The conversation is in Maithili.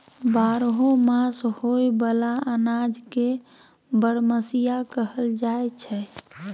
बारहो मास होए बला अनाज के बरमसिया कहल जाई छै